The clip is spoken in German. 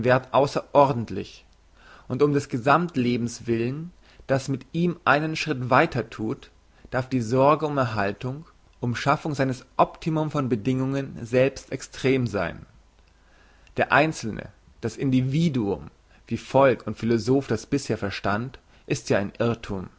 ausserordentlich und um des gesammt lebens willen das mit ihm einen schritt weiter thut darf die sorge um erhaltung um schaffung seines optimum von bedingungen selbst extrem sein der einzelne das individuum wie volk und philosoph das bisher verstand ist ja ein irrthum